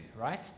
right